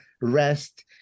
rest